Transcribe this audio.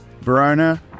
Verona